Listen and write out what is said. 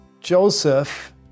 Joseph